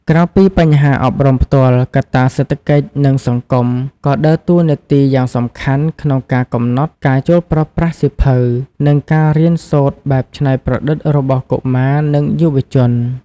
ក្រៅពីបញ្ហាអប់រំផ្ទាល់ កត្តាសេដ្ឋកិច្ច និងសង្គម ក៏ដើរតួនាទីយ៉ាងសំខាន់ក្នុងការកំណត់ការចូលប្រើប្រាស់សៀវភៅ និងការរៀនសូត្របែបច្នៃប្រឌិតរបស់កុមារ និងយុវជន។